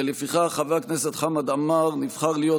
ולפיכך חבר הכנסת חמד עמאר נבחר להיות